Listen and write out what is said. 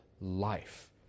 life